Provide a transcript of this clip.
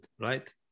right